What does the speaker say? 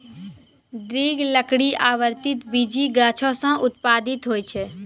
दृढ़ लकड़ी आवृति बीजी गाछो सें उत्पादित होय छै?